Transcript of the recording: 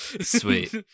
sweet